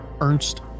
Ernst